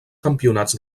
campionats